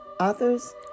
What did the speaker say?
authors